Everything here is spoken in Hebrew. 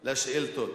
על שאילתות.